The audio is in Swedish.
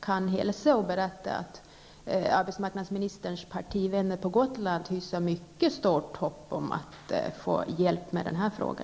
Jag kan hälsa från arbetsmarknadsministerns partivänner på Gotland och berätta att de hyser litet stort hopp om att få hjälp med denna fråga.